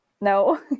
No